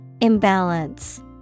Imbalance